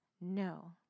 no